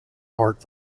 hart